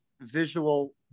visual